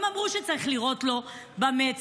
הם אמרו שצריך לירות לו במצח,